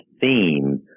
theme